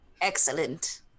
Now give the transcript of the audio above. Excellent